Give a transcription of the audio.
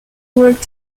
worked